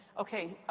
okay,